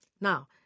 Now